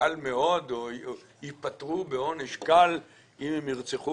קל מאוד או שהם יפטרו בעונש קל אם הם ירצחו